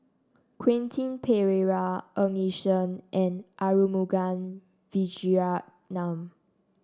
Quentin Pereira Ng Yi Sheng and Arumugam Vijiaratnam